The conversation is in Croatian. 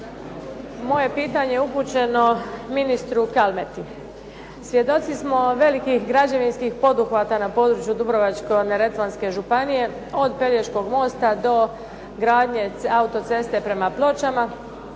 je pitanje upućeno ministru Kalmeti. Svjedoci smo velikih građevinskih poduhvata na području Dubrovačko-neretvanske županije od Pelješkog mosta do gradnje auto-ceste prema Pločama,